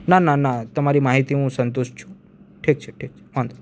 ના ના ના તમારી માહિતી હું સંતુષ્ટ છું ઠીક છે ઠીક છે વાંધો નહીં